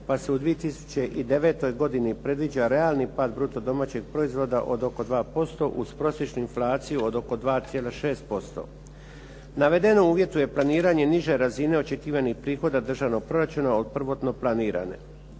pa se u 2009. godini predviđa elani pad bruto domaćeg proizvoda od oko 2% uz prosječnu inflaciju od oko 2,6%. Navedeno uvjetuje planiranje niže razine očekivanih prihoda državnog proračuna od prvotno planirane.